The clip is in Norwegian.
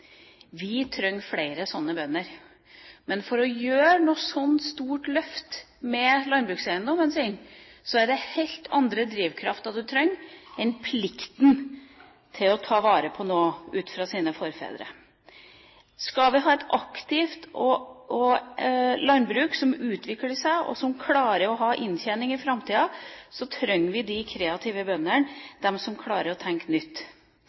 Vi trenger flere sånne bønder. Men for å gjøre et sånt stort løft med landbrukseiendommen sin er det helt andre drivkrefter man trenger enn plikten til å ta vare på noe etter sine forfedre. Skal vi ha et aktivt landbruk som utvikler seg, og som klarer å ha inntjening i framtida, trenger vi de kreative bøndene, de som klarer å tenke nytt.